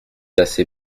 assez